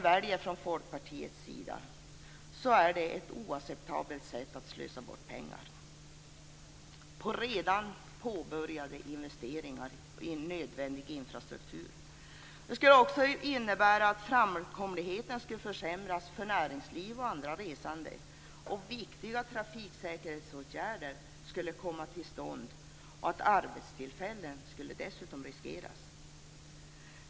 Vilken väg Folkpartiet än väljer innebär det ett oacceptabelt sätt att slösa bort pengar på redan påbörjade investeringar i nödvändig infrastruktur. Det skulle också innebära att framkomligheten skulle försämras för näringslivet och andra resande, att viktiga trafiksäkerhetsåtgärder inte skulle komma till stånd och att arbetstillfällen skulle riskeras.